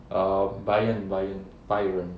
err Bayern Bayern Bayern